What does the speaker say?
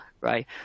right